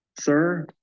sir